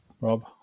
Rob